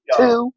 two